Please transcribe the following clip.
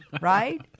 right